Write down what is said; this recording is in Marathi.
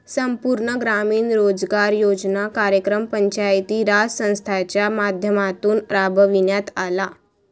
संपूर्ण ग्रामीण रोजगार योजना कार्यक्रम पंचायती राज संस्थांच्या माध्यमातून राबविण्यात आला